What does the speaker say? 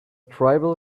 tribal